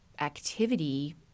activity